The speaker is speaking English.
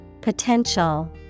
Potential